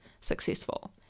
successful